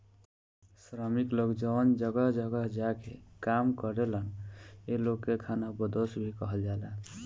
श्रमिक लोग जवन जगह जगह जा के काम करेलन ए लोग के खानाबदोस भी कहल जाला